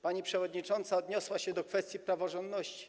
Pani przewodnicząca odniosła się do kwestii praworządności.